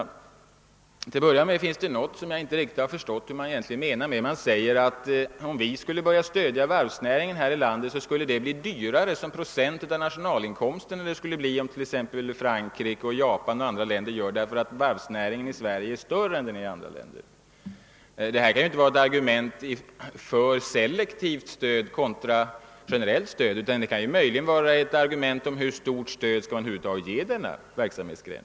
Till att börja med säger man — jag förstår inte vad man egentligen menar med det — att det om vi skulle börja stödja varvsnäringen här i landet skulle bli dyrare räknat i procent av nationalinkomsten än det blir för t.ex. Frankrike, Japan och andra länder att göra det, och detta därför att varvsnäringen i Sverige är större än i andra länder. Detta kan ju inte vara ett argument för selektivt stöd kontra generellt stöd — det kan möjligen vara ett argument för hur stort stöd man över huvud taget skall ge denna verksamhetsgren.